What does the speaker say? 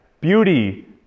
beauty